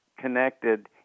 connected